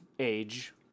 age